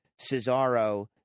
Cesaro